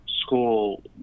school